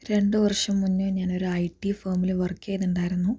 രണ്ടുവർഷം മുന്നേ ഞാനൊരു ഐ ടി ഫേമില് വർക്ക് ചെയ്യുന്നുണ്ടായിരുന്നു